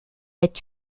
est